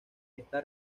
está